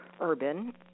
urban